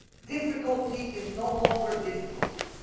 difficulty is no longer difficulty